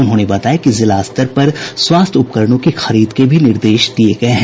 उन्होंने बताया की जिला स्तर पर स्वास्थ्य उपकरणों की खरीद के भी निर्देश दिए गए हैं